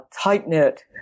tight-knit